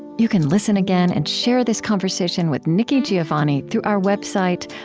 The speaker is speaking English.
you can listen again and share this conversation with nikki giovanni through our website,